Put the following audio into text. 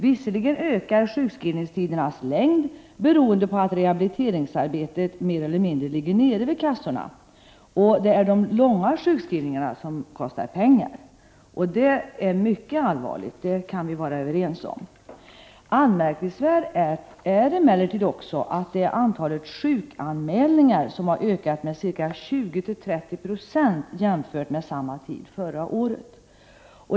Visserligen ökar sjukskrivningstidernas längd på grund av att rehabiliteringsarbetet mer eller mindre ligger nere vid kassorna, och det är de långa sjukskrivningarna som kostar pengar. Detta är mycket allvarligt. Det kan vi vara överens om. Anmärkningsvärt är emellertid också att antalet sjukanmälningar har ökat med ca 20-30 26 jämfört med samma tid förra året.